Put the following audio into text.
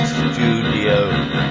studio